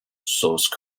source